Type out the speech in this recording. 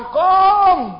come